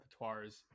repertoires